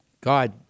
God